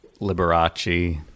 Liberace